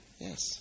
Yes